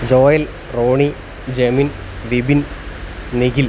Joel Ronnie Jamin Vipin Nikhil